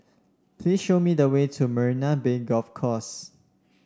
please show me the way to Marina Bay Golf Course